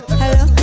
hello